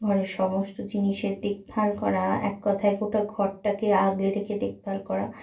ঘরের সমস্ত জিনিসের দেখভাল করা এক কথায় গোটা ঘরটাকে আগলে রেখে দেখভাল করা